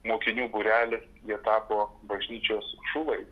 mokinių būrelis jie tapo bažnyčios šulai